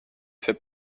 fait